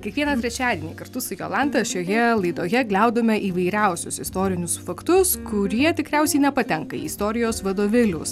kiekvieną trečiadienį kartu su jolanta šioje laidoje gliaudome įvairiausius istorinius faktus kurie tikriausiai nepatenka į istorijos vadovėlius